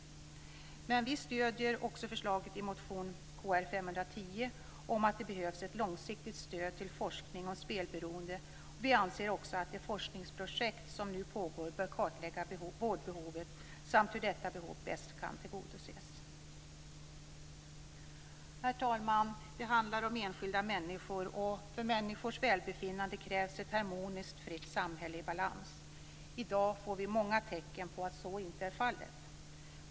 Men vi stöder också förslaget i motion Kr510 om att det behövs ett långsiktigt stöd till forskning om spelberoende, och vi anser också att man inom det forskningsprojekt som nu pågår bör kartlägga vårdbehovet samt hur detta behov bäst kan tillgodoses. Herr talman! Det handlar om enskilda människor, och för människors välbefinnande krävs ett harmoniskt, fritt samhälle i balans. I dag får vi många tecken på att så inte är fallet.